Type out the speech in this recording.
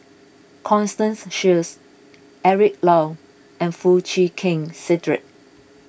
Constance Sheares Eric Low and Foo Chee Keng Cedric